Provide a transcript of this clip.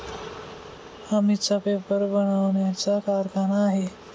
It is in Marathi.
अमितचा पेपर बनवण्याचा कारखाना आहे